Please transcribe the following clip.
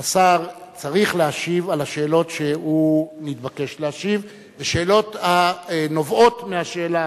שהשר צריך להשיב על השאלות שהוא נתבקש להשיב ושאלות שנובעות מהשאלה.